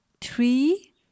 three